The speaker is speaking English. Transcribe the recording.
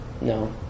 no